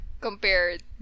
compared